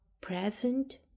present